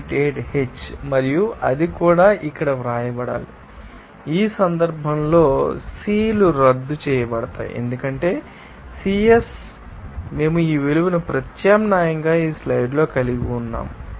88 H మరియు అది కూడా ఇక్కడ వ్రాయబడాలి ఈ సందర్భంలో సి లు రద్దు చేయబడతాయి ఎందుకంటే సిఎస్ మేము ఈ విలువను ప్రత్యామ్నాయంగా ఈ స్లైడ్లో కలిగి ఉన్నాము